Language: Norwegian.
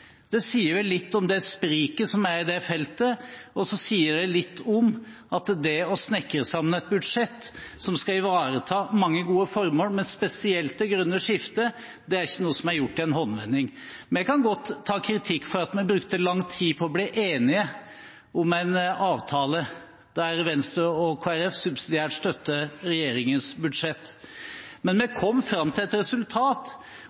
Det sier vel litt om det spriket som er i det feltet, og så sier det litt om at det å snekre sammen et budsjett som skal ivareta mange gode formål – spesielt det grønne skiftet – ikke er noe som er gjort i en håndvending. Vi kan godt ta kritikk for at vi brukte lang tid på å bli enige om en avtale der Venstre og Kristelig Folkeparti subsidiært støtter regjeringens budsjett. Men vi